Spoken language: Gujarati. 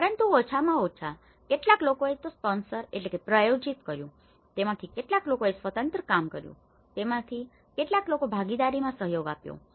પરંતુ ઓછામાં ઓછા કેટલાક લોકોએ તે સ્પોન્સરsponsoredપ્રાયોજીત કર્યું તેમાંથી કેટલાક લોકોએ સ્વતંત્ર રીતે કામ કર્યુ તેમાંથી કેટલાક લોકોએ ભાગીદારીમાં સહયોગ આપ્યો હતો